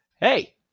hey